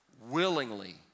willingly